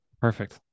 Perfect